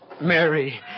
Mary